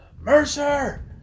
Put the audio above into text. Mercer